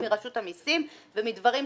תקנות מס הכנסה (יישום תקן אחיד לדיווח ולבדיקת